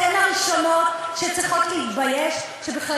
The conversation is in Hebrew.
אתן הראשונות שצריכות להתבייש שבכלל